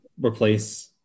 replace